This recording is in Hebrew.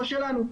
לא שלנו.